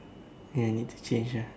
and need to change ah